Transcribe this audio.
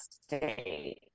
state